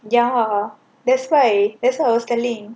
ya that's why that's why I was telling